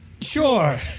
sure